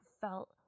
felt